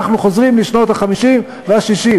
אנחנו חוזרים לשנות ה-50 וה-60.